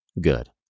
Good